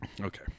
Okay